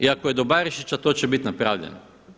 I ako je do Barišića to će bit napravljeno.